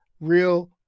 real